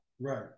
Right